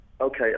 Okay